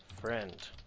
friend